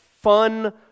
fun